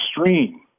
extreme